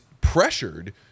pressured